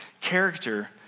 character